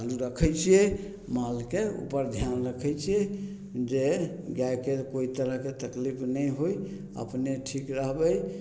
चालू रखय छियै मालके उपर ध्यान रखय छियै जे गायके कोइ तरहके तकलीफ नहि होइ आओर अपने ठीक रहबय